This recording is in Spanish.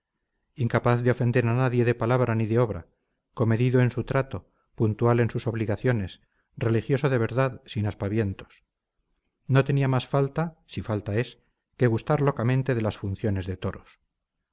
incapaz de ofender a nadie de palabra ni de obra comedido en su trato puntual en sus obligaciones religioso de verdad sin aspavientos no tenía más falta si falta es que gustar locamente de las funciones de toros